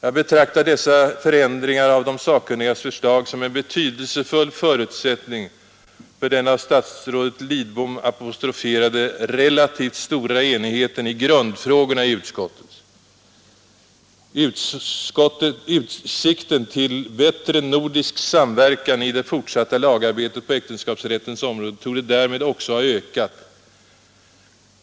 Jag betraktar dessa förändringar av de sakkunnigas förslag som en betydelsefull förutsättning för den av statsrådet Lidbom apostroferade, relativt stora enigheten i grundfrågorna i utskottet. Utsikten till bättre nordisk samverkan i det fortsatta lagarbetet på äktenskapsrättens område torde därmed också ha ökat.